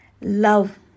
Love